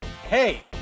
Hey